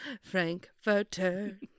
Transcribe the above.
Frankfurter